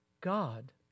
God